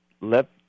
let